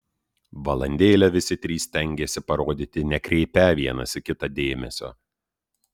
valandėlę visi trys stengėsi parodyti nekreipią vienas į kitą dėmesio